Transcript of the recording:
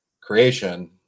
creation